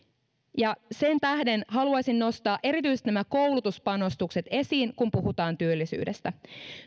sen tähden haluaisin nostaa erityisesti nämä koulutuspanostukset esiin kun puhutaan työllisyydestä